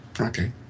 Okay